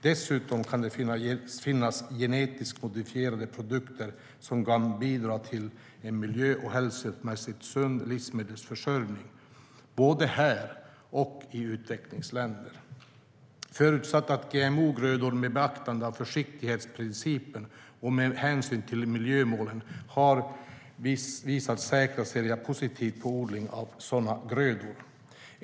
Dessutom kan det finnas genetiskt modifierade produkter som kan bidra till en miljö och hälsomässigt sund livsmedelsförsörjning, både här och i utvecklingsländer. Förutsatt att GMO-grödor, med beaktande av försiktighetsprincipen och med hänsyn till miljömålen, har visats säkra ser jag positivt på odling av sådana grödor.